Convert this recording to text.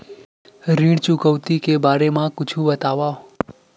ऋण चुकौती के बारे मा कुछु बतावव?